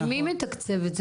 ומי מתקצב את זה?